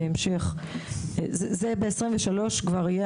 בהמשך נוכל לתת